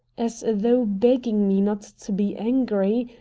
as though begging me not to be angry,